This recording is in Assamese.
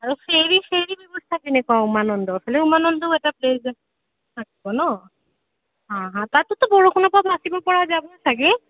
আৰু ফেৰী ফেৰী ব্যৱস্থা কেনেকুৱা উমানন্দৰ ফালে উমানন্দও এটা প্লেচ থাকিব ন অঁ তাতোতো বৰষুণৰ পৰা বাছিব পৰা যাব চাগে